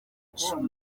icumi